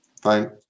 Fine